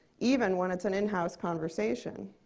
even when it's an in house conversation.